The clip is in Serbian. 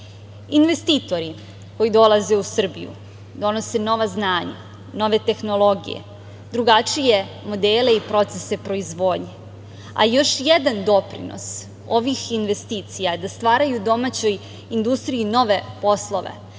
Investitori koji dolaze u Srbiju donose nova znanja, nove tehnologije, drugačije modele i procese proizvodnje, a još jedan doprinos ovih investicija da stvaraju domaćoj industriji nove poslove,